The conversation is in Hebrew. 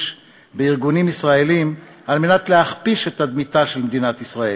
בארגונים ישראליים על מנת להכפיש את תדמיתה של מדינת ישראל,